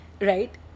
right